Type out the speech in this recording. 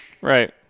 right